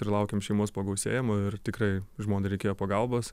ir laukėm šeimos pagausėjimo ir tikrai žmonai reikėjo pagalbos